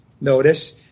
Notice